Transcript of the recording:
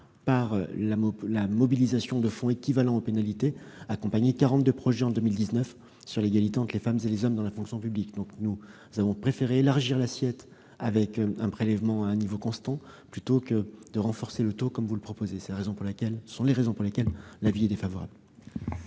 par la mobilisation de fonds équivalents aux pénalités, accompagner 42 projets sur l'égalité entre les femmes et les hommes dans la fonction publique. Nous avons donc préféré élargir l'assiette avec un prélèvement à niveau constant plutôt que de renforcer le taux, comme vous le proposez, madame la sénatrice. Ce sont les raisons pour lesquelles l'avis est défavorable,